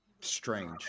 strange